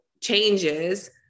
changes